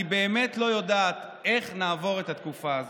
אני באמת לא יודעת איך נעבור את התקופה הזאת.